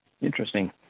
Interesting